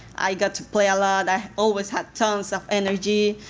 i got to play a lot. i always have tons of energy.